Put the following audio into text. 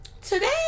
today